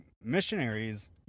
missionaries